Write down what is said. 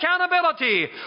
accountability